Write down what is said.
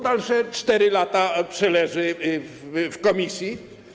Dalsze 4 lata przeleży w komisji.